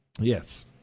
yes